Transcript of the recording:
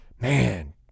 Man